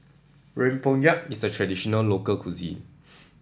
Rempeyek is a traditional local cuisine